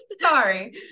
sorry